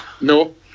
No